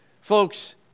Folks